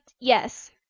yes